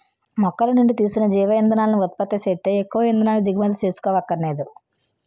మొక్కలనుండి తీసిన జీవ ఇంధనాలను ఉత్పత్తి సేత్తే ఎక్కువ ఇంధనాన్ని దిగుమతి సేసుకోవక్కరనేదు